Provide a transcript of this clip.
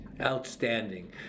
Outstanding